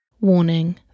Warning